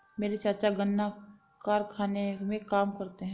मेरे चाचा गन्ना कारखाने में काम करते हैं